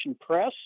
Press